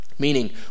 Meaning